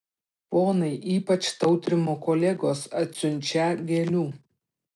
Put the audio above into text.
ponai ypač tautrimo kolegos atsiunčią gėlių